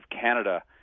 Canada